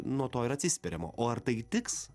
nuo to ir atsispiriama o ar tai tiks